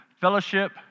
fellowship